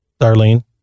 darlene